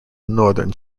northern